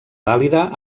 vàlida